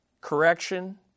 correction